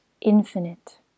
infinite